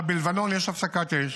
בלבנון יש הפסקת אש,